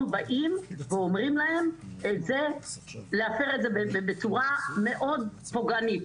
באים ואומרים להם להפר את זה בצורה מאוד פוגענית.